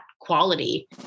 quality